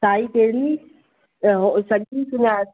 साई कहिड़ी ऐं हू